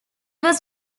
was